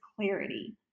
clarity